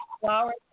flowers